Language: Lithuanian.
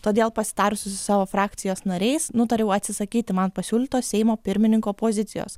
todėl pasitarusi su savo frakcijos nariais nutariau atsisakyti man pasiūlytos seimo pirmininko pozicijos